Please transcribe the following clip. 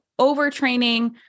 overtraining